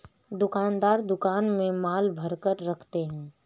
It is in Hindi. दुकानदार दुकान में माल भरकर रखते है